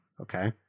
Okay